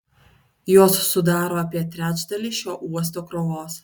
jos sudaro apie trečdalį šio uosto krovos